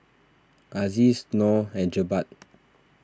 Aziz Noh and Jebat